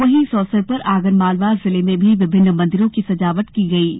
वहीं इस अवसर पर आगर मालवा जिले में भी विभिन्न मंदिरों की सजावट की गई है